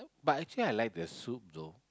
but actually I like the soup though